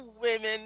women